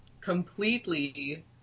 completely